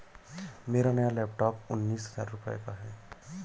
मेरा नया लैपटॉप उन्नीस हजार रूपए का है